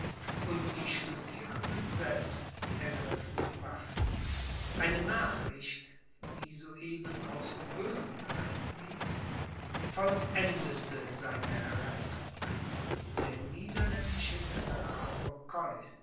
und die studierenden selbst ergriffen die waffen eine nachricht die so eben aus böhmen einlief vollendete seine errettung der